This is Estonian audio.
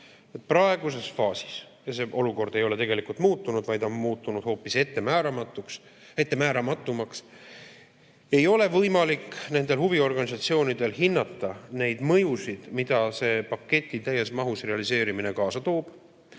praeguses faasis – ja see olukord ei ole tegelikult muutunud, vaid on muutunud hoopis ettemääramatumaks – ei ole võimalik nendel huviorganisatsioonidel hinnata neid mõjusid, mida see paketi täies mahus realiseerimine kaasa toob.